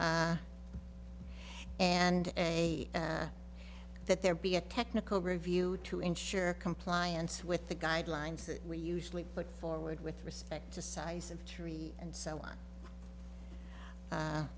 and a that there be a technical review to ensure compliance with the guidelines that we usually put forward with respect to size of tree and so on